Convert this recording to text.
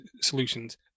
solutions